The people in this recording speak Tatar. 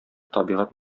табигать